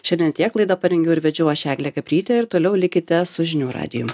šiandien tiek laida parengiau ir vedžiau aš eglė gabrytė ir toliau likite su žinių radiju